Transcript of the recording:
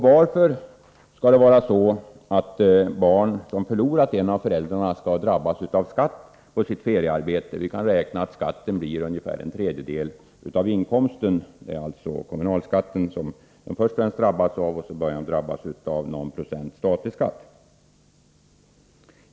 Varför skall barn som förlorat en av föräldrarna drabbas av skatt på sitt feriearbete? Vi kan räkna med att skatten blir ungefär en tredjedel av inkomsten. Det är först och främst kommunalskatten de drabbas av; därtill kommer någon procent statlig skatt.